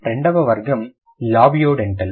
రెండవ వర్గం లాబియోడెంటల్